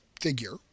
figure